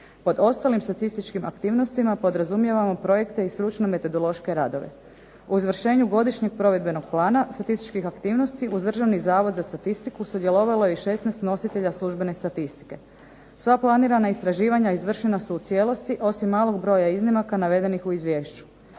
Pod ostalim statističkim aktivnostima podrazumijevamo projekte i stručne metodološke radove. U izvršenju godišnjeg provedbenog plana statističkih aktivnosti uz Državni zavod za statistiku sudjelovalo je i 16 nositelja službene statistike. Sva planirana istraživanja izvršena su u cijelosti, osim malog broja iznimaka navedenih u izvješću.